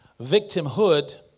Victimhood